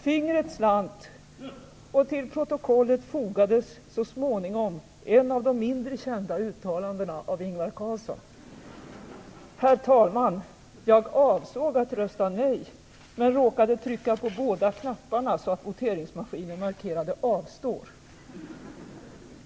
Fingret slant och till protokollet fogades så småningom ett av de mindre kända uttalandena av Ingvar Carlsson: - Herr talman! Jag avsåg att rösta nej, men råkade trycka på båda knapparna så att voteringsmaskinen markerade "avstår".